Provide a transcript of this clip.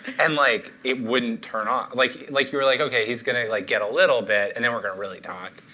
and like it wouldn't turn on. like like you're like, ok, he's going to like get a little bit, and then we're going to really talk.